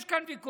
יש כאן ויכוח,